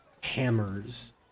hammers